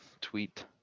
tweet